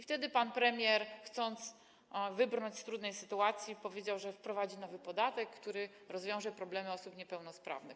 Wtedy pan premier, chcąc wybrnąć z trudnej sytuacji, powiedział, że wprowadzi nowy podatek, który rozwiąże problemy osób niepełnosprawnych.